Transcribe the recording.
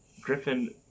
Griffin